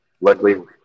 Luckily